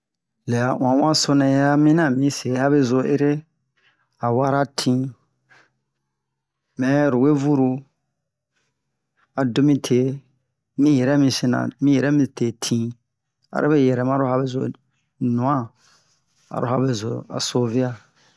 lɛ a ɔnɔnso nɛ ya a mini a mi se abezo ere a wara tin mɛ lobe vuru a do mi te mi yɛrɛ mi sina mi yɛrɛ mi te tin arobe yɛrɛma abezo nwan ah abezo sovea